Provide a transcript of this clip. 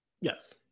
Yes